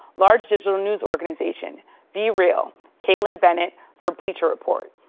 large digital news organization b real kalin bennett for bleacher report.